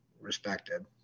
respected